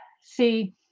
See